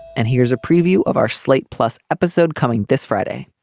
and here's a preview of our slate plus episode coming this friday,